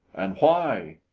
and why?